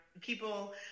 people